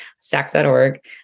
stacks.org